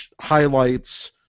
highlights